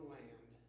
land